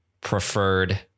preferred